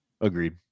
Agreed